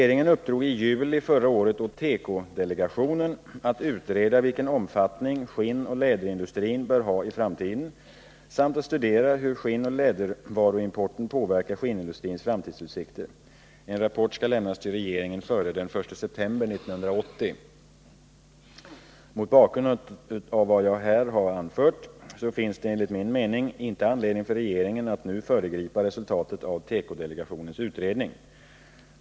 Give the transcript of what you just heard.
Regeringen uppdrog i juli förra året åt tekodelegationen att utreda vilken omfattning skinnoch läderindustrin bör ha i framtiden samt att studera hur skinnoch lädervaruimporten påverkar skinnindustrins framtidsutsikter. En rapport skall lämnas till regeringen före den 1 september 1980. Mot bakgrund av vad jag här har anfört finns det enligt min mening inte anledning för regeringen att nu föregripa resultatet av tekodelegationens utredning.